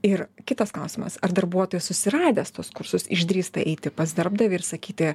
ir kitas klausimas ar darbuotojas susiradęs tuos kursus išdrįsta eiti pas darbdavį ir sakyti